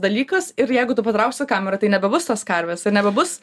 dalykas ir jeigu tu patrauksi kamerą tai nebebus tos karves ir nebebus